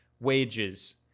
Wages